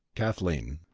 kathleen.